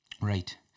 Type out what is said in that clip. right